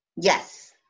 yes